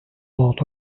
lot